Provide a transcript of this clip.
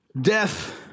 Death